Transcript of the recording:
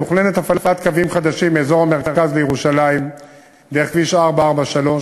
מתוכננת הפעלת קווים חדשים מאזור המרכז לירושלים דרך כביש 443: